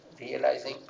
realizing